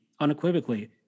unequivocally